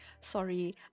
Sorry